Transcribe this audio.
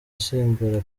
asimbura